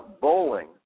bowling